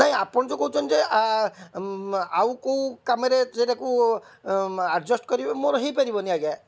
ନାହିଁ ଆପଣ ଯେଉଁ କହୁଛନ୍ତି ଯେ ଆଉ କେଉଁ କାମରେ ସେଟାକୁ ଆଡ଼ଜଷ୍ଟ କରିବେ ମୋର ହେଇପାରିବନି ଆଜ୍ଞା